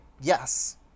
Yes